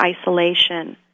isolation